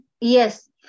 Yes